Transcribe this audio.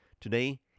Today